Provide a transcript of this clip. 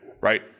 right